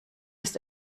ist